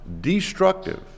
destructive